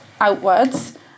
outwards